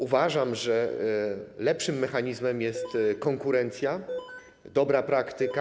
Uważam, że lepszym mechanizmem jest konkurencja, dobra praktyka.